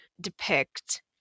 depict